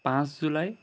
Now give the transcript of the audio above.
পাঁচ জুলাই